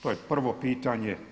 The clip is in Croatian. To je prvo pitanje.